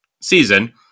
season